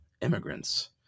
immigrants